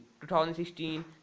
2016